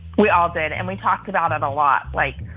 we all did. and we talked about it a lot. like,